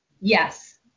Yes